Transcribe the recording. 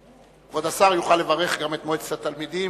כבוד השר יוכל לברך גם את מועצת התלמידים,